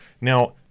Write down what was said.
Now